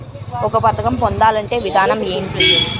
ఒక పథకం పొందాలంటే విధానం ఏంటి?